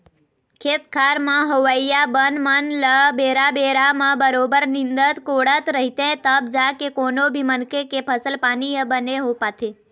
खेत खार म होवइया बन मन ल बेरा बेरा म बरोबर निंदत कोड़त रहिथे तब जाके कोनो भी मनखे के फसल पानी ह बने हो पाथे